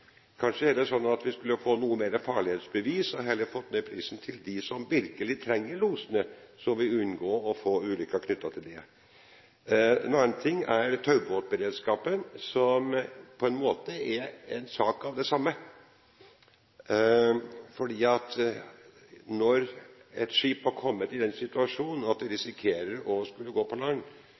Kanskje er det sånn at vi heller skulle fått noen flere farledsbevis og fått ned prisen for dem som virkelig trenger losene. Så vil vi unngå å få ulykker knyttet til det. En annen ting er taubåtberedskapen, som på en måte er samme sak, for når et skip har kommet i den situasjonen at det risikerer å gå på land,